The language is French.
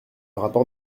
rapport